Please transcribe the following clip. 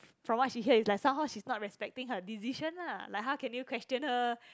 from what she hear is like somehow she's not respecting her decision lah like how can you question her